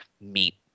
meet